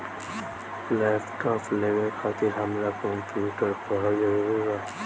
Laptop लेवे खातिर हमरा कम्प्युटर पढ़ल जरूरी बा?